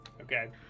Okay